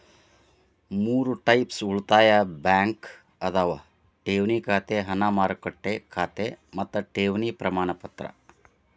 ಮೂರ್ ಟೈಪ್ಸ್ ಉಳಿತಾಯ ಬ್ಯಾಂಕ್ ಅದಾವ ಠೇವಣಿ ಖಾತೆ ಹಣ ಮಾರುಕಟ್ಟೆ ಖಾತೆ ಮತ್ತ ಠೇವಣಿ ಪ್ರಮಾಣಪತ್ರ